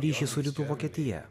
ryšį su rytų vokietija